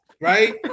Right